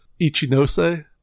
Ichinose